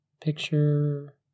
Picture